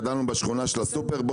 גדלנו בשכונה של הסופר,